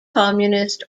communist